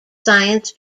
science